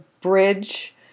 bridge